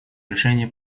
решение